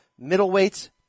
Middleweights